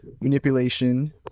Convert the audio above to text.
manipulation